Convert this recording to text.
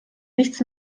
nichts